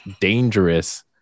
dangerous